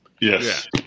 Yes